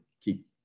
keep